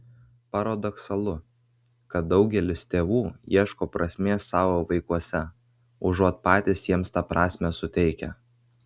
paradoksalu kad daugelis tėvų ieško prasmės savo vaikuose užuot patys jiems tą prasmę suteikę